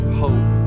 hope